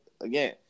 again